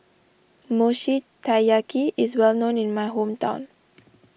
Mochi Taiyaki is well known in my hometown